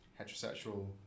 heterosexual